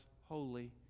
holy